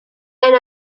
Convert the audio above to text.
and